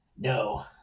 no